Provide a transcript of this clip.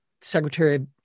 secretary